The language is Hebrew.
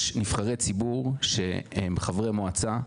יש נבחרי ציבור שהם חברי מועצה,